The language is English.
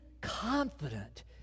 confident